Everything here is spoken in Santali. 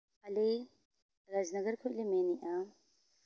ᱟᱞᱮ ᱨᱟᱡᱽᱱᱚᱜᱚᱨ ᱠᱷᱚᱱᱞᱮ ᱢᱮᱱᱮᱫᱼᱟ